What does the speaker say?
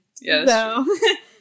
Yes